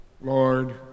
Lord